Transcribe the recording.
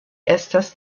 estas